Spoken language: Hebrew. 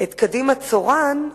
קדימה צורן,